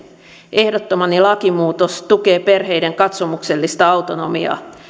ehdottamani lakimuutos tukee perheiden katsomuksellista autonomiaa